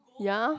ya